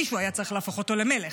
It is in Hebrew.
מישהו היה צריך להפוך אותו למלך,